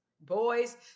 Boys